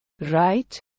Right